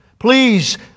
Please